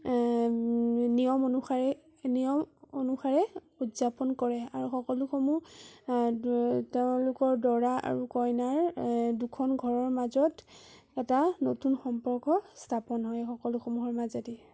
নিয়ম অনুসাৰে নিয়ম অনুসাৰে উদযাপন কৰে আৰু সকলোসমূহ তেওঁলোকৰ দৰা আৰু কইনাৰ দুখন ঘৰৰ মাজত এটা নতুন সম্পৰ্ক স্থাপন হয় সকলোসমূহৰ মাজেদি